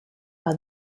par